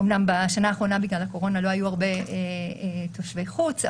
אמנם בשנה האחרונה בגלל הקורונה לא היו הרבה תושבי חוץ,